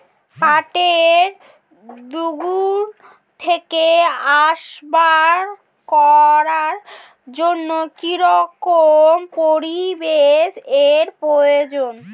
পাটের দণ্ড থেকে আসবাব করার জন্য কি রকম পরিবেশ এর প্রয়োজন?